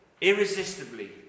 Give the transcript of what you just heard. irresistibly